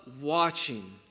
watching